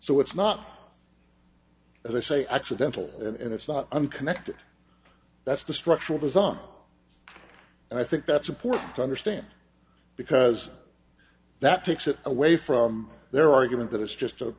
so it's not as i say accidental and it's not unconnected that's the structural design and i think that's important to understand because that takes it away from their argument that it's just a